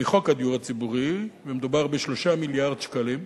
מחוק הדיור הציבורי, מדובר ב-3 מיליארד שקלים.